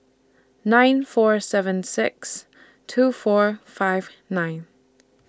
nine four seven six two four five nine